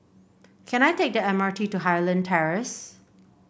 can I take the M R T to Highland Terrace